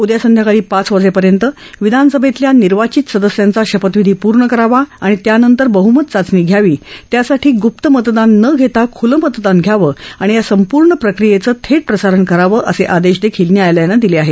उद्या संध्याकाळी पाच वाजेपर्यंत विधानसभेतल्या निर्वाचित सदस्यांचा शपथविधी पूर्ण करावा आणि त्यानंतर बहमत चाचणी घ्यावी त्यासाठी ग्प्त मतदान न घेता खुलं मतदान घ्यावं आणि या संपूर्ण प्रक्रियेचं थेट प्रसारण करावं असे आदेशही न्यायालयानं दिले आहेत